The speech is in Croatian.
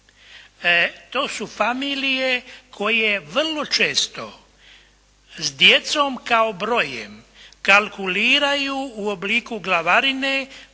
to su familije koje vrlo često s djecom, kao brojem, kalkuliraju u obliku glavarine,